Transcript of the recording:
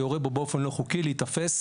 יורה בו באופן לא חוקי להיתפס